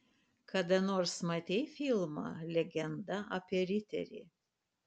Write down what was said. kada nors matei filmą legenda apie riterį